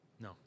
No